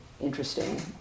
interesting